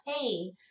pain